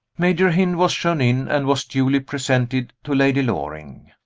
major hynd was shown in, and was duly presented to lady loring.